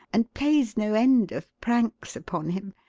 and plays no end of pranks upon him.